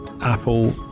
Apple